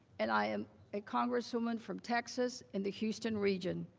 and i am a congresswoman from texas in the houston region.